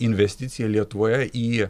investicija lietuvoje į